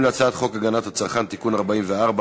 11 בעד, ללא מתנגדים וללא נמנעים.